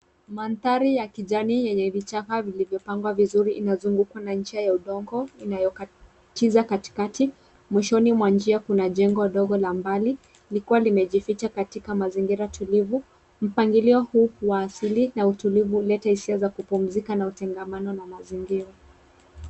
Mandhari ya kijani yenye vichaka vilivyopangwa vizuri inazungukwa na njia ya udongo inayokatiza katikati. Mwishoni mwa njia kuna jengo ndogo la mbali likiwa limejificha katika mazingira tulivu. Mpangilio huwa asili na utulivu huleta hisia za kumpuzika na utengamano na mazingira.